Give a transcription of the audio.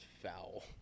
foul